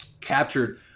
captured